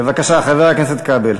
בבקשה, חבר הכנסת כבל.